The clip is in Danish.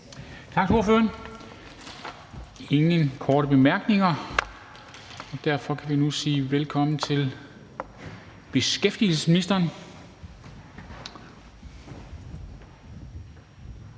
Tak til ordføreren. Der er ingen korte bemærkninger. Derfor kan vi nu sige velkommen til beskæftigelsesministeren.